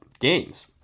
games